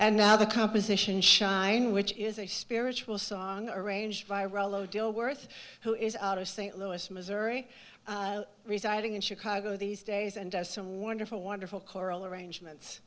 and now the composition shine which is a spiritual song arranged by rollo deal worth who is out of st louis missouri residing in chicago these days and has some wonderful wonderful choral arrangements